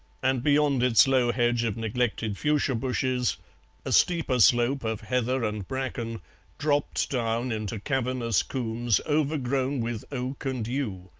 and beyond its low hedge of neglected fuchsia bushes a steeper slope of heather and bracken dropped down into cavernous combes overgrown with oak and yew.